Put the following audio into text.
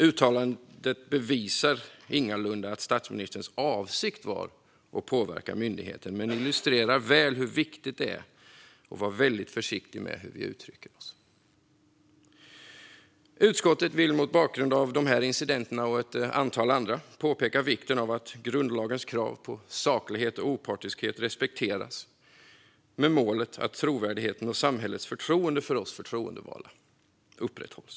Uttalandet bevisar ingalunda att statsministerns avsikt var att påverka myndigheten, men det illustrerar väl hur viktigt det är att vara väldigt försiktig med hur vi uttrycker oss. Utskottet vill mot bakgrund av dessa incidenter och ett antal andra peka på vikten av att grundlagens krav på saklighet och opartiskhet respekteras med målet att trovärdigheten och samhällets förtroende för oss förtroendevalda upprätthålls.